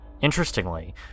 Interestingly